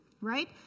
right